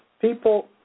People